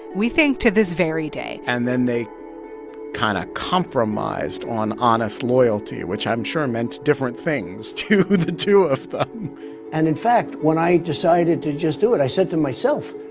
we think, to this very day and then they kind of compromised on honest loyalty, which i'm sure meant different things to the two of them and, in fact, when i decided to just do it, i said to myself,